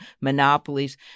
monopolies